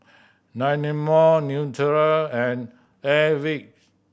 Dynamo Naturel and Airwick